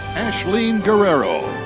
asheleene guerrero.